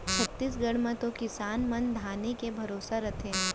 छत्तीसगढ़ म तो किसान मन धाने के भरोसा रथें